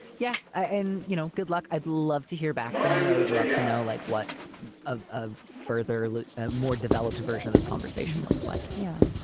yeah and you know, good luck. i'd love to hear back from you. i would love to know, like, what of of further a more developed version of this conversation looks like. yeah,